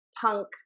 punk